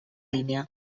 línia